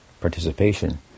participation